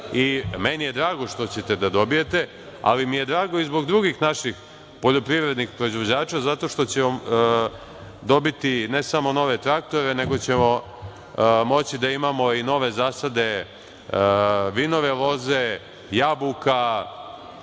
je drago što ćete da dobijete, ali mi je drago i zbog dugih naših poljoprivrednih proizvođača zato što će dobiti ne samo nove traktore, nego ćemo moći da imamo i nove zasade vinove loze, jabuka,